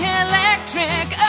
electric